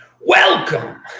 Welcome